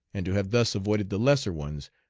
and to have thus avoided the lesser ones,